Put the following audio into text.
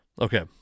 Okay